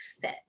fit